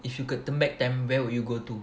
if you could turn back them where would you go to